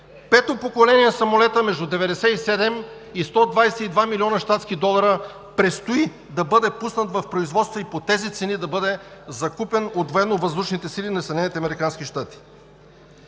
Пето поколение самолетът – между 79 и 122 млн. щатски долара, предстои да бъде пуснат в производство и по тези цени да бъде закупен от Военновъздушните сили на